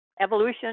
evolution